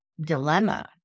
dilemma